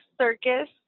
circus